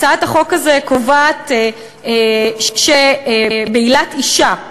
הצעת החוק הזאת קובעת שבעילת אישה